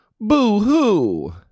boo-hoo